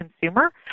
consumer